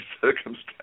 circumstances